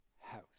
house